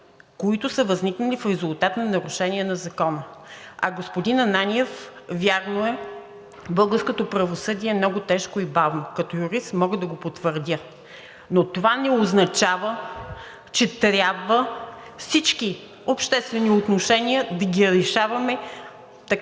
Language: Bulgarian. които са възникнали в резултат на нарушение на закона. Господин Ананиев, вярно е, българското правосъдие е много тежко и бавно. Като юрист мога да го потвърдя, но това не означава, че трябва всички обществени отношения да ги решаваме така,